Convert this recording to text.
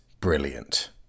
brilliant